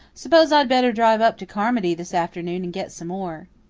s'pose i'd better drive up to carmody this afternoon and get some more.